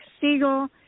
Siegel